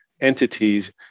entities